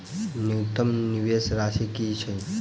न्यूनतम निवेश राशि की छई?